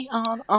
on